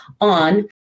on